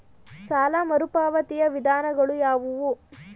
ಸಾಲ ಮರುಪಾವತಿಯ ವಿಧಾನಗಳು ಯಾವುವು?